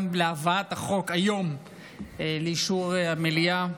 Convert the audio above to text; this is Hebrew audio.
גם להבאת החוק היום לאישור המליאה.